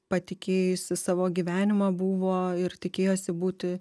patikėjusi savo gyvenimą buvo ir tikėjosi būti